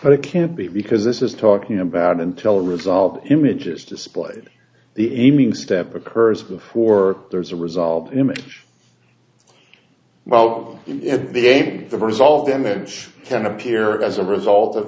but it can't be because this is talking about until resolved images displayed the evening step occurs before there's a resolve image well in the game the result then that can appear as a result of